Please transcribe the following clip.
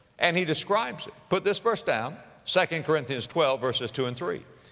and he describes it. put this verse down second corinthians twelve verses two and three.